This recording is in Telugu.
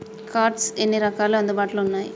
కార్డ్స్ ఎన్ని రకాలు అందుబాటులో ఉన్నయి?